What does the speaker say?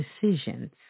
decisions